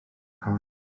corn